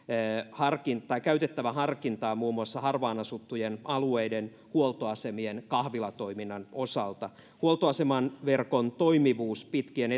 harkintaa käytettävä harkintaa muun muassa harvaan asuttujen alueiden huoltoasemien kahvilatoiminnan osalta huoltoaseman verkon toimivuus pitkien